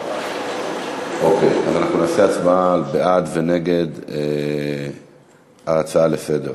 אוקיי, אנחנו נצביע בעד ונגד ההצעה לסדר-היום.